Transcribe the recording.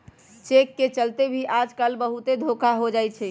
cheque के चलते भी आजकल बहुते धोखा हो जाई छई